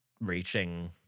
reaching